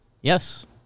Yes